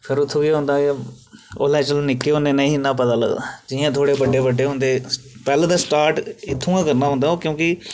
फिर उत्थूं केह् होंदा के उसलै चलो निक्के होन्ने ते नेईं इन्ना पता लगदा जियां थोह्ड़े बड्डे बड्डे होंदे पैहले ते स्टार्ट इत्थूं गै करना होंदा क्योंकि